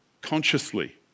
consciously